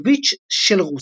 הצארביץ' של רוסיה.